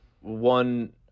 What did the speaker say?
one